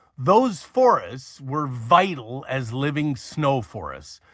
those forests were vital as living snow forests,